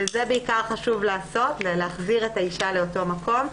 זה בעיקר חשוב לעשות ולהחזיר את האישה לאותו מקום,